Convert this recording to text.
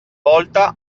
volta